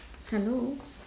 hello